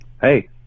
hey